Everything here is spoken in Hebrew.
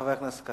חבר הכנסת יעקב